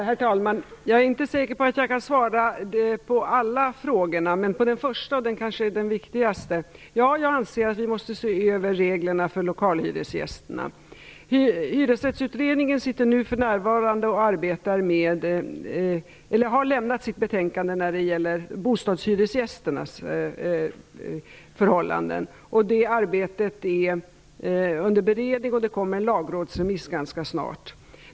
Herr talman! Jag är inte säker på att jag kan svara på några andra frågor än den första. Den kanske är den viktigaste. Ja, jag anser att vi måste se över reglerna för lokalhyresgästerna. Hyresrättsutredningen har för närvarande lämnat sitt betänkande när det gäller bostadshyresgästernas förhållanden. Det arbetet är under beredning, och det kommer en lagrådsremiss ganska snart.